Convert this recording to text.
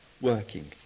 working